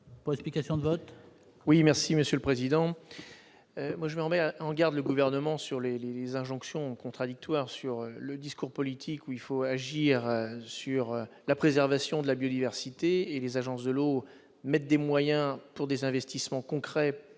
pour explication de vote.